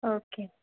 okay